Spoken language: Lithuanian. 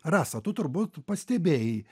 rasa tu turbūt pastebėjai